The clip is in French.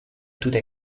toute